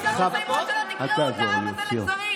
אתם לא תסיימו עד שלא תקרעו את העם הזה לגזרים.